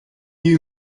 you